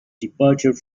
departure